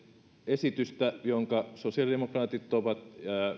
esitystä jonka sosiaalidemokraatit ovat